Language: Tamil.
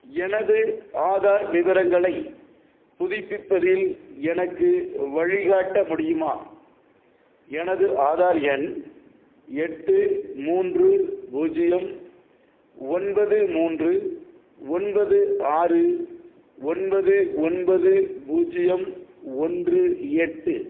எனது ஆதார் விவரங்களைப் புதுப்பிப்பதில் எனக்கு வழிகாட்ட முடியுமா எனது ஆதார் எண் எட்டு மூன்று பூஜ்ஜியம் ஒன்பது மூன்று ஒன்பது ஆறு ஒன்பது ஒன்பது பூஜ்ஜியம் ஒன்று எட்டு